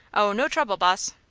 oh, no trouble, boss.